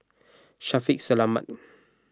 Shaffiq Selamat